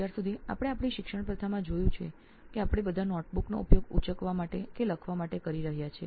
અત્યાર સુધી આપણે આપણી શિક્ષણ પ્રથામાં જોયું છે કે આપણે બધા નોંધપોથીનો ઉપયોગ ઉચકવા માટે કે લખવા માટે કરી રહ્યા છે